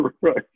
Right